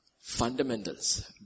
Fundamentals